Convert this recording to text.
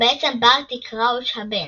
הוא בעצם ברטי קראוץ' הבן,